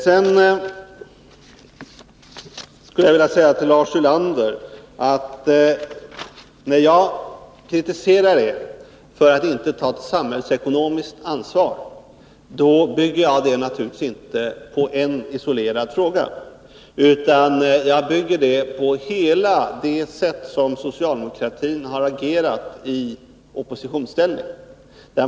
Jag skulle vilja säga till Lars Ulander, att när jag kritiserar er för att inte ta samhällsekonomiskt ansvar, bygger jag det naturligtvis inte på en isolerad fråga, utan på hela det sätt på vilket socialdemokratin har agerat i oppositionsställning.